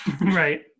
Right